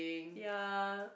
ya